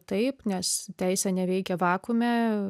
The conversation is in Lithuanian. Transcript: taip nes teisė neveikia vakuume